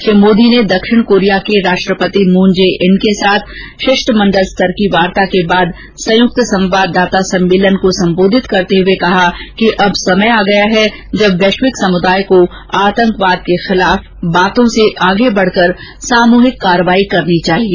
श्री मोदी ने दक्षिण कोरिया के राष्ट्रपति मून जे इन के साथ शिष्टमण्डल स्तर की वार्ता के बाद संयुक्त संवाददाता सम्मेलन को सम्बोधित करते हुए कहा कि अब समय आ गया है जब वैश्विक समुदाय को आतंकवाद के खिलाफ बातों से आगे बढकर सामुहिक कार्रवाई करनी चाहिए